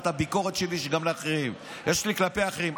ואת הביקורת שלי יש גם לאחרים, יש לי כלפי אחרים.